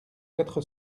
quatre